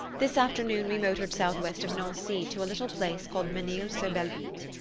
this afternoon we motored southwest of nancy to a little place called menil-sur-belvitte.